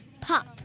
Pop